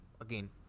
again